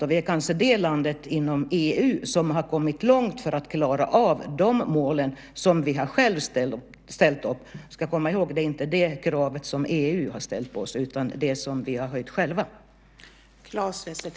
Kanske är Sverige ett land inom EU som har kommit långt när det gäller att klara de mål som vi själva har satt upp. Vi ska komma ihåg att det inte är ett krav som EU har ställt utan det som vi själva har höjt.